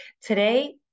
Today